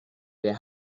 der